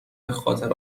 بخاطر